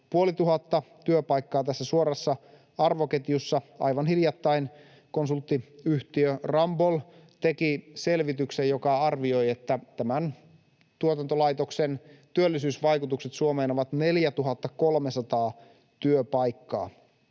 noin 2 500 työpaikkaa tässä suorassa arvoketjussa. Aivan hiljattain konsulttiyhtiö Ramboll teki selvityksen, joka arvioi, että tämän tuotantolaitoksen työllisyysvaikutukset Suomeen ovat 4 300 työpaikkaa.